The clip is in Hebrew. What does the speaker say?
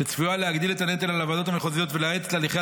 שצפויה להגדיל את הנטל על הוועדות המחוזיות ולהאט את הליכי